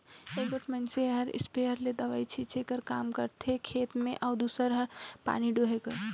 एगोट मइनसे हर इस्पेयर ले दवई छींचे कर काम करथे खेत में अउ दूसर हर पानी डोहे कर